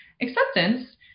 Acceptance